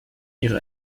ihre